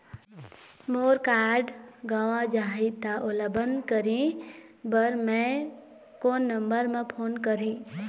मोर card गंवा जाही त ओला बंद करें बर मैं कोन नंबर म फोन करिह?